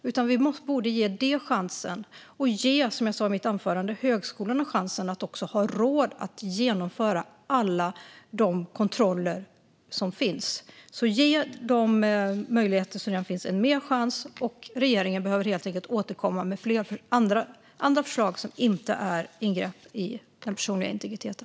Därför borde vi ge detta en chans och också ge högskolorna en möjlighet att se till att de har råd att genomföra alla de kontroller som finns. Man behöver därför ge detta en chans. Och regeringen behöver helt enkelt återkomma med andra förslag som inte innebär ingrepp i den personliga integriteten.